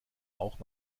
auch